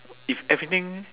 if everything